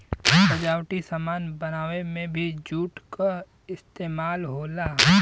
सजावटी सामान बनावे में भी जूट क इस्तेमाल होला